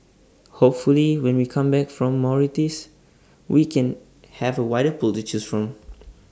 hopefully when we come back from Mauritius we can have A wider pool to choose from